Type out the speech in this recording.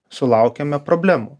sulaukiame problemų